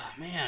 man